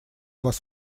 вас